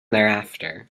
thereafter